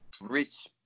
rich